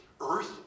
earth